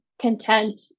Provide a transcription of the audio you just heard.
content